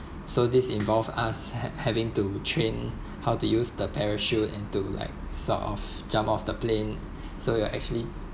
so this involve us have having to train how to use the parachute into like sort of jump off the plane so you're actually